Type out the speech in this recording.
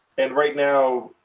and right now,